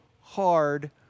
hard